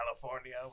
California